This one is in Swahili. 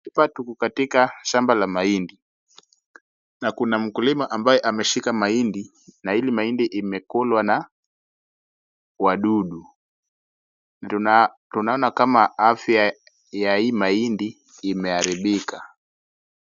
Hapa tuko katika shamba la mahindi, na kuna mkulima ambaye ameshika mahindi, na hili mahindi imekulwa na wadudu. Tuna, tunaona kama afya ya hii mahindi imeharibika.